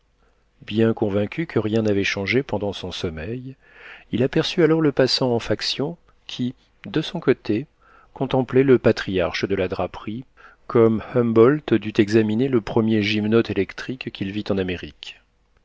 bien convaincu que rien n'avait changé pendant son sommeil il aperçut alors le passant en faction qui de son côté contemplait le patriarche de la draperie comme humboldt dut examiner le premier gymnote électrique qu'il vit en amérique